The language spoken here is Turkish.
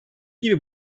gibi